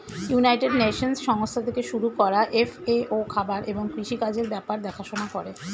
United Nations সংস্থা থেকে শুরু করা এফ.এ.ও খাবার এবং কৃষি কাজের ব্যাপার দেখাশোনা করে